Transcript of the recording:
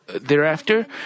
Thereafter